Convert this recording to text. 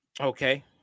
okay